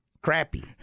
crappy